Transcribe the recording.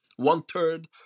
One-third